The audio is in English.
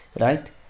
Right